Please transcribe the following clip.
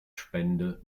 spende